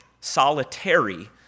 solitary